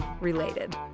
related